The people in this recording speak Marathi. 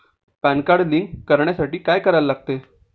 पॅन कार्ड लिंक करण्यासाठी काय करायला लागते?